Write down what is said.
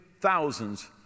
thousands